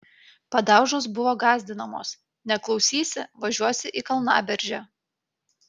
padaužos buvo gąsdinamos neklausysi važiuosi į kalnaberžę